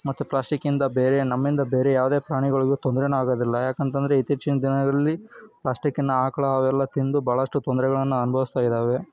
ಮತ್ತು ಪ್ಲಾಸ್ಟಿಕ್ ಇಂದ ಬೇರೆ ನಮ್ಮಿಂದ ಬೇರೆ ಯಾವುದೇ ಪ್ರಾಣಿಗಳಿಗೂ ತೊಂದರೆನು ಆಗೋದಿಲ್ಲ ಯಾಕಂತ ಅಂದ್ರೆ ಇತ್ತೀಚಿನ ದಿನಗಳಲ್ಲಿ ಪ್ಲಾಸ್ಟಿಕಿನ ಆಕಳು ಅವೆಲ್ಲ ತಿಂದು ಭಾಳಷ್ಟು ತೊಂದರೆಗಳನ್ನ ಅನುಭವ್ಸ್ತಾ ಇದ್ದಾವೆ